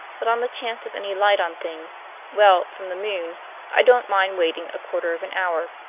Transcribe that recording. but on the chance of any light on things well, from the moon i don't mind waiting a quarter of an hour.